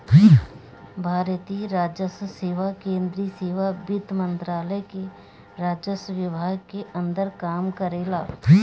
भारतीय राजस्व सेवा केंद्रीय सेवा वित्त मंत्रालय के राजस्व विभाग के अंदर काम करेला